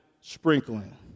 sprinkling